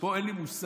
פה אין לי מושג,